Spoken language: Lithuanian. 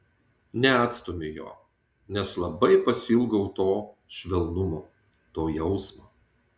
neatstumiu jo nes labai pasiilgau to švelnumo to jausmo